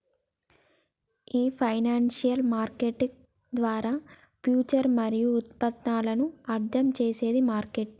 ఈ financial market ద్వారా future మరియు ఉత్పన్నాలను అర్థం చేసేది మార్కెట్